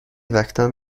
وقتام